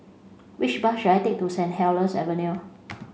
which bus should I take to Saint Helier's Avenue